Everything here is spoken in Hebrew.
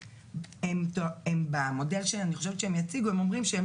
כי במודל שאני חושבת שהם יציגו הם אומרים שהם